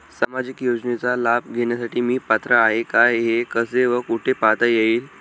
सामाजिक योजनेचा लाभ घेण्यास मी पात्र आहे का हे कसे व कुठे पाहता येईल?